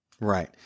Right